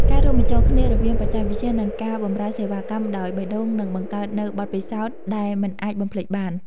ការរួមបញ្ចូលគ្នារវាងបច្ចេកវិទ្យា និងការបម្រើសេវាកម្មដោយបេះដូងនឹងបង្កើតនូវបទពិសោធន៍ដែលមិនអាចបំភ្លេចបាន។